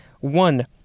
One